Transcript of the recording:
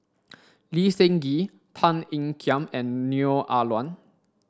Lee Seng Gee Tan Ean Kiam and Neo Ah Luan